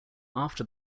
after